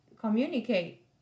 communicate